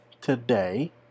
today